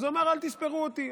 אז הוא אמר: אל תספרו אותי.